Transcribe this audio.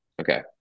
Okay